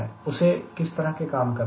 उसे किस तरह के काम करने हैं